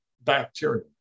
bacteria